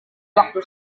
waktu